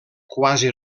quasi